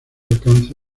alcance